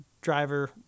driver